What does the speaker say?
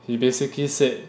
he basically said